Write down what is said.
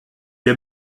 est